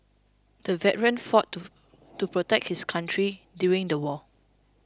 the veteran fought to to protect his country during the war